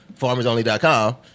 FarmersOnly.com